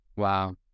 wow